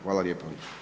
Hvala lijepo.